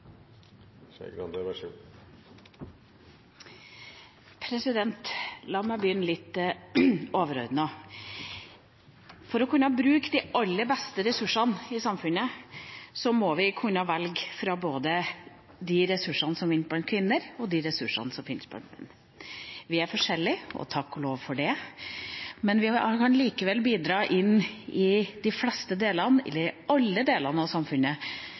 nr. 3. La meg begynne litt overordnet. For å kunne bruke de aller beste ressursene i samfunnet må vi kunne velge fra både de ressursene som fins blant kvinner, og de ressursene som fins blant menn. Vi er forskjellige, og takk og lov for det, men vi kan likevel bidra i de fleste, ja, alle delene av samfunnet,